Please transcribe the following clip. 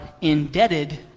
indebted